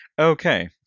Okay